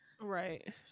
right